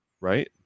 right